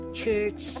church